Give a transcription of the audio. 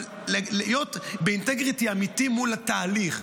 אבל להיות באינטגריטי אמיתי מול התהליך,